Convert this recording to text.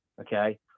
okay